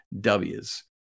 W's